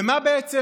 ומה בעצם,